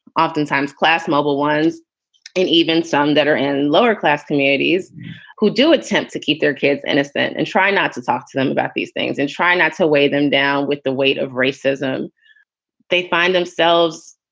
oftentimes class mobile ones and even some that are in lower class communities who do attempt to keep their kids innocent and try not to talk to them about these things and try not to weigh them down with the weight of racism they find themselves